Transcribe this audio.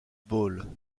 ball